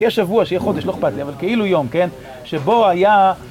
שיהיה שבוע, שיהיה חודש, לא אכפת לי, אבל כאילו יום, כן? שבו היה...